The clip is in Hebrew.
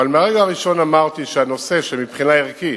אבל מהרגע הראשון אמרתי שהנושא שמבחינה ערכית